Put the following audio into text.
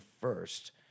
first